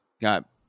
Got